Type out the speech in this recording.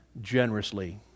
generously